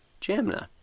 Jamna